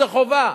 זה חובה,